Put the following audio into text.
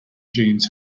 jeans